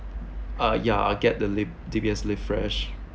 uh yeah I get the live D_B_S live fresh